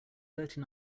thirty